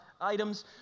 items